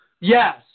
Yes